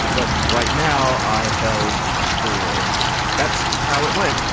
but right now i held four that's how it went.